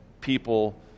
people